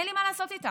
אין לי מה לעשות איתם.